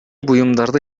буюмдарды